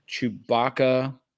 Chewbacca